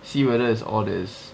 see whether it's all these